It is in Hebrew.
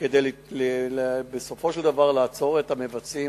כדי בסופו של דבר לעצור את המבצעים